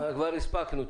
כבר הספקנו.